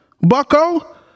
Bucko